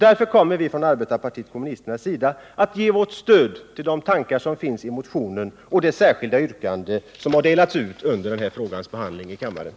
Därför kommer vi från arbetarpartiet kommunisterna att ge vårt stöd till de tankar som framförs i motionen och till det särskilda yrkande som delats ut på kammarens bord under behandlingen av detta ärende.